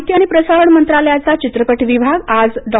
माहिती आणि प्रसारण मंत्रालयाचा चित्रपट विभाग आज डॉ